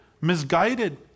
misguided